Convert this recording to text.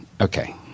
okay